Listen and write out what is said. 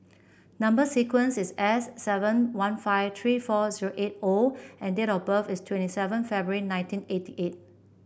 number sequence is S seven one five three four zero eight O and date of birth is twenty seven February nineteen eighty eight